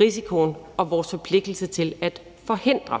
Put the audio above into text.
risikoen for og vores forpligtelse til at forhindre